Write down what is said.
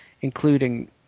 including